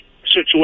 situation